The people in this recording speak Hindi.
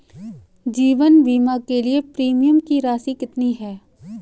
जीवन बीमा के लिए प्रीमियम की राशि कितनी है?